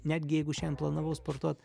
netgi jeigu šian planavau sportuot